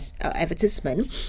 advertisement